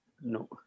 no